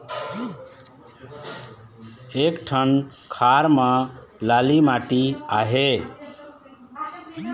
एक ठन खार म लाली माटी आहे?